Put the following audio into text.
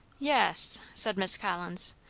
yes said miss collins,